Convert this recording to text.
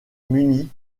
munie